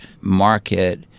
market